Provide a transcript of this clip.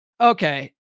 Okay